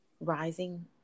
rising